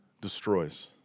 destroys